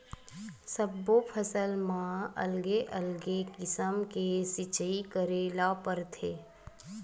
सब्बो फसल म अलगे अलगे किसम ले सिचई करे ल परथे